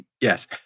Yes